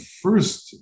first